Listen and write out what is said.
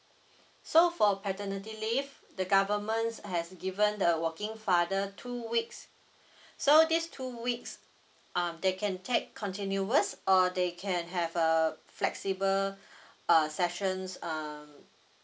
so for maternity leave the governments has given the working father two weeks so this two weeks um they can take continue continuous or they can have a flexible uh sessions um